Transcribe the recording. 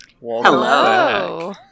Hello